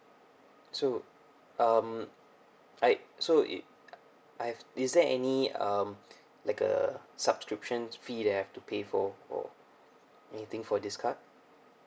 so um I so it I have is there any um like a subscription fee that have to pay for or anything for this card